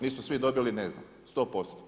Nisu svi dobili ne znam 100%